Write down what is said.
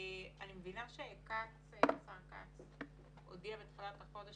אני מבינה שהשר כץ הודיע בתחילת החודש